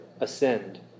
ascend